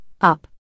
Up